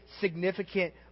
significant